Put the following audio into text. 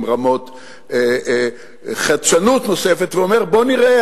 עם רמות חדשנות נוספת ואומר: בוא נראה